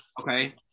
okay